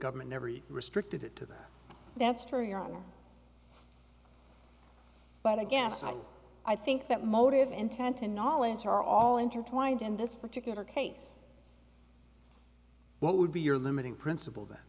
government every restricted it to the that's true your honor but again i think that motive intent and knowledge are all intertwined in this particular case what would be your limiting principle th